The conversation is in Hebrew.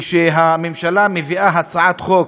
כשהממשלה מביאה הצעת חוק